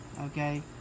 okay